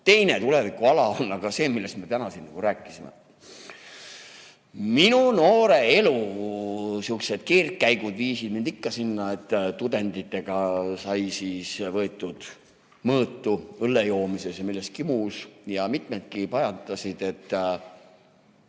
Teine tulevikuala on aga see, millest me täna siin rääkisime. Minu noore elu sihukesed keerdkäigud viisid mind ikka sinna, et tudengitega sai mõõtu võetud õlle joomises ja ka milleski muus. Ja mitmedki pajatasid, et